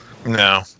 No